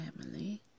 family